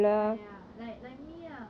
ya ya like me lah